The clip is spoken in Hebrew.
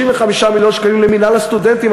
35 מיליון שקלים למינהל הסטודנטים,